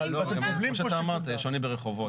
כמו שאתה אמרת, יש שוני ברחובות.